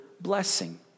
blessing